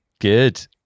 good